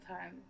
time